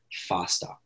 faster